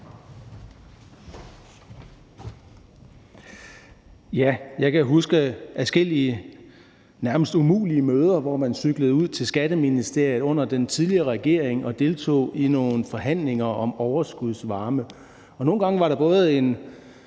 Jeg kan huske adskillige nærmest umulige møder, hvor man under den tidligere regering cyklede ud til Skatteministeriet og deltog i nogle forhandlinger om overskudsvarme. Nogle gange var der både en